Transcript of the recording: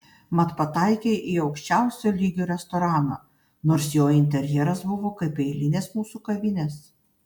mat pataikei į aukščiausio lygio restoraną nors jo interjeras buvo kaip eilinės mūsų kavinės